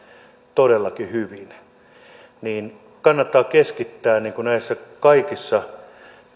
todellakin hyvin niin kannattaa keskittää näissä kaikissa